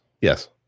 Yes